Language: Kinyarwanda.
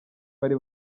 bari